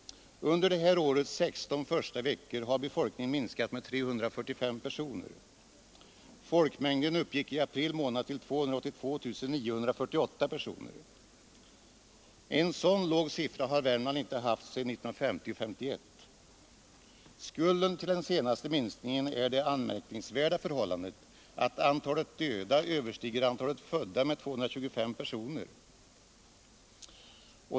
Under det här årets 16 första veckor har befolkningen minskat med 345 personer. Folkmängden uppgick i april månad till 282 948 personer. En så låg siffra har Värmland inte haft sedan 1950/51. Skulden till den senaste minskningen är det anmärkningsvärda förhållandet att antalet döda överstiger antalet födda med 225 personer.